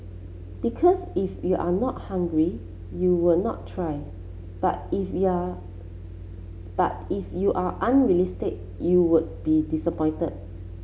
because if you are not hungry you would not try but if you are but if you are unrealistic you would be disappointed